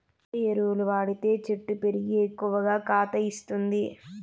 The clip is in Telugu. ఏ ఎరువులు వాడితే చెట్టు పెరిగి ఎక్కువగా కాత ఇస్తుంది?